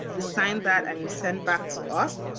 you sign that and you send back to us,